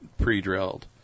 pre-drilled